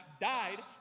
died